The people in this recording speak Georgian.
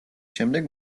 შემდეგ